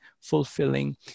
fulfilling